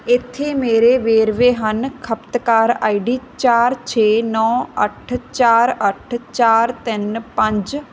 ਇੱਥੇ ਮੇਰੇ ਵੇਰਵੇ ਹਨ ਖਪਤਕਾਰ ਆਈ ਡੀ ਚਾਰ ਛੇ ਨੌਂ ਅੱਠ ਚਾਰ ਅੱਠ ਚਾਰ ਤਿੰਨ ਪੰਜ